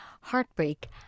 heartbreak